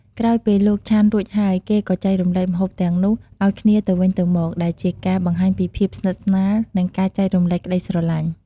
ក្រោយពេលលោកឆាន់រួចហើយ គេក៏ចែករំលែកម្ហូបទាំងនោះឲ្យគ្នាទៅវិញទៅមក ដែលជាការបង្ហាញពីភាពស្និតស្នាល និងការចែករំលែកក្ដីស្រឡាញ់។